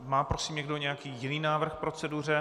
Má, prosím, někdo nějaký jiný návrh k proceduře?